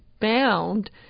bound